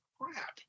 crap